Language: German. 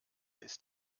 ist